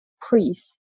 priests